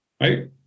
right